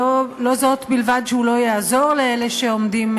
לא זו בלבד שהוא לא יעזור לאלה שעומדים,